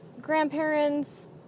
grandparents